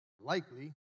likely